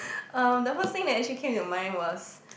um the first think that actually came to mind was